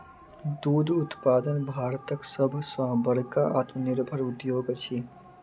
दूध उत्पादन भारतक सभ सॅ बड़का आत्मनिर्भर उद्योग अछि